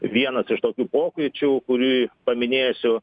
vienas iš tokių pokyčių kurį paminėsiu